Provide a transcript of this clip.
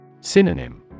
Synonym